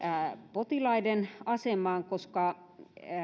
potilaiden asemaan koska